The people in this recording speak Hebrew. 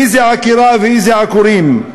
איזו עקירה ואיזה עקורים?